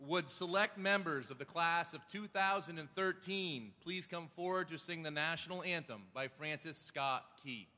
would select members of the class of two thousand and thirteen please come forward to sing the national anthem by francis scott